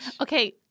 Okay